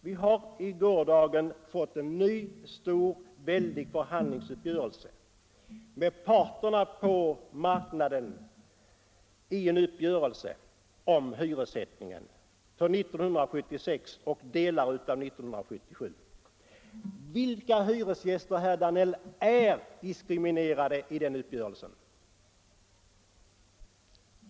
Vi har under gårdagen fått en ny stor förhandlingsuppgörelse mellan parterna på hyresmarknaden om hyressättningen för 1976 och delar av 1977. Vilka hyresgäster, herr Danell, är diskriminerade i den uppgörelsen?